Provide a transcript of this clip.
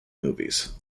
movies